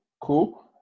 Cool